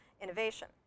innovation